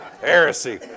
Heresy